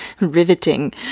Riveting